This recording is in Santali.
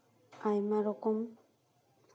ᱟᱭᱢᱟ ᱨᱚᱠᱚᱢ